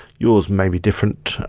yours may be different,